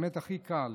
באמת הכי קל